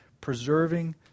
preserving